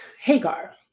Hagar